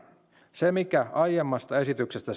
se mikä aiemmasta esityksestä